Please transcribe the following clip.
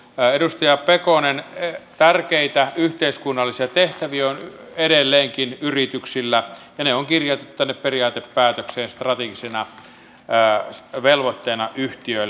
edustaja pekonen tärkeitä yhteiskunnallisia tehtäviä edelleenkin on yrityksillä ja ne on kirjattu tänne periaatepäätökseen strategisena velvoitteena yhtiöille